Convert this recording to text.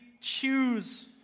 choose